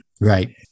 Right